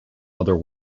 other